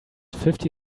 fifty